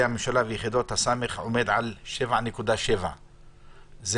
הממשלה ויחידות הסמך עומד על 7.7%. מור,